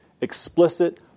explicit